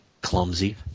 clumsy